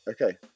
Okay